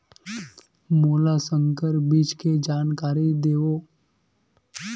मोला संकर बीज के जानकारी देवो?